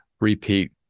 repeat